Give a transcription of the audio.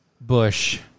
Bush